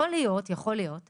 יכול להיות שבאמת,